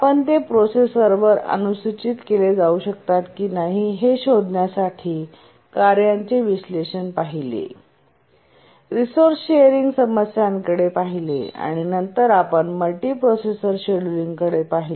आपण ते प्रोसेसरवर अनुसूचित केले जाऊ शकतात की नाही हे शोधण्यासाठी कार्यांचे विश्लेषण पाहिले रिसोर्सशेरिंग समस्यांकडे पाहिले आणि नंतर आपण मल्टी प्रोसेसर शेड्यूलिंग कडे पाहिले